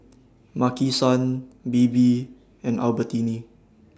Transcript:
Maki San Bebe and Albertini